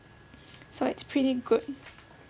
so it's pretty good